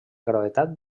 gravetat